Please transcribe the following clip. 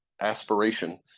aspiration